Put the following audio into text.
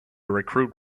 recruit